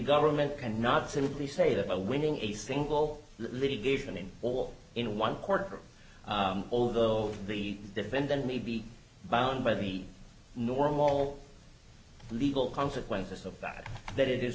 government cannot simply say that a winning a single litigation in all in one courtroom although the defendant may be bound by the normal the legal consequences of that that it is